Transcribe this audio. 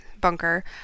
bunker